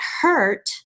hurt